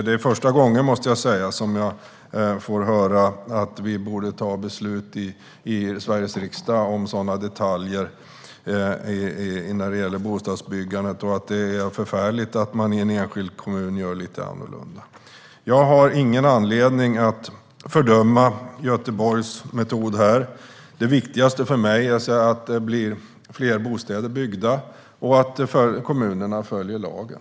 Det är första gången jag får höra att vi borde ta beslut i Sveriges riksdag om sådana detaljer i bostadsbyggandet och att det är förfärligt att man i en enskild kommun gör lite annorlunda. Jag har ingen anledning att fördöma Göteborgs metod. Det viktigaste för mig är att det byggs fler bostäder och att kommunerna följer lagen.